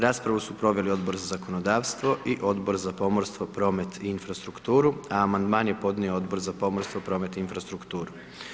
Raspravu su proveli Odbor za zakonodavstvo i Odbor za pomorstvo, promet i infrastrukturu, a amandman je podnio Odbor za pomorstvo, promet i infrastrukturu.